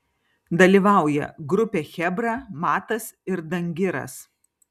dalyvauja grupė chebra matas ir dangiras